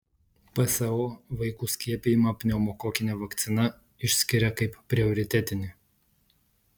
pso vaikų skiepijimą pneumokokine vakcina išskiria kaip prioritetinį